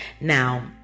now